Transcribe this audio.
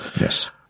Yes